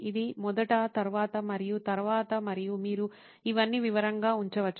ఇది మొదట తరువాత మరియు తరువాత మరియు మీరు ఇవన్నీ వివరంగా ఉంచవచ్చు